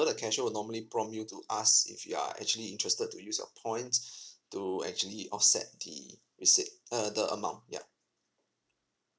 the casher will normally prompt you to ask if you are actually interested to use your points to actually offset the receipt err the amount ya